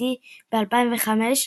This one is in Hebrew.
חד־צדדי ב-2005,